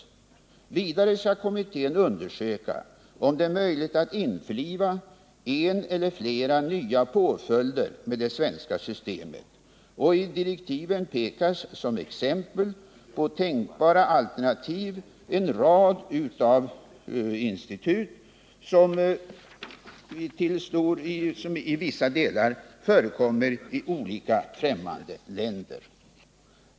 Kommittén skall vidare undersöka om det är möjligt att införliva en eller flera nya påföljder med det svenska systemet. I direktiven pekas på en rad institut som tänkbara alternativ till frihetsstraff. Flera av dessa förekommer i olika främmande länder.